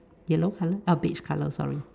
yellow color uh beige color sorry